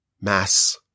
mass